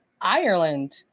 Ireland